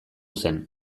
zen